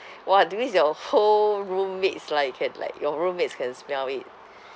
!wah! that means your whole roommates like can like your roommates can smell it